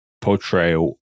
portrayal